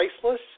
Priceless